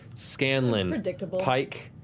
scanlan, pike,